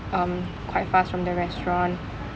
um quite fast from their restaurant